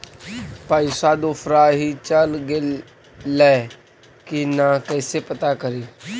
पैसा दुसरा ही चल गेलै की न कैसे पता करि?